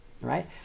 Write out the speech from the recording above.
right